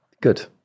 Good